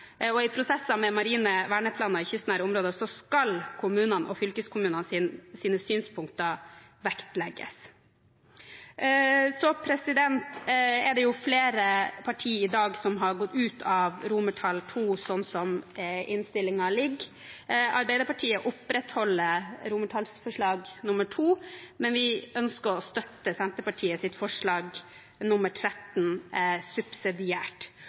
og i prosesser med marine verneplaner i kystnære områder skal kommunenes og fylkeskommunenes synspunkter vektlegges. Det er flere partier som i dag har gått ut av forslag til vedtak II slik innstillingen nå foreligger. Arbeiderpartiet vil opprettholde støtten til II, men vi ønsker subsidiært å støtte forslag nr. 13, fra Senterpartiet. Så vil jeg si at jeg synes det er